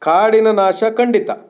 ಕಾಡಿನ ನಾಶ ಖಂಡಿತ